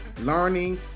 learning